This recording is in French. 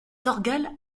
thorgal